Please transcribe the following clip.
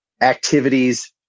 activities